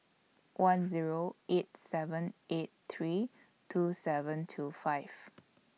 one Zero eight seven eight three two seven two five